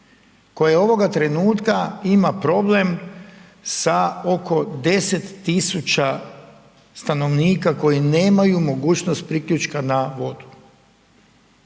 koje ovoga trenutka ima problem sa oko 10.000 stanovnika koji nemaju mogućnost priključka na vodu,